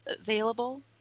available